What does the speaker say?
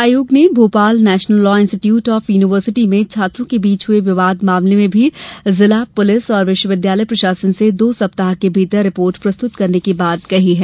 आयोग ने Bhopal national law institute of university में छात्रों के बीच हुए विवाद मामले में भी जिला पुलिस और विश्वविद्यालय प्रशासन से दो सप्ताह के भीतर रिपोर्ट प्रस्तुत करने की बात कही है